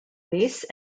base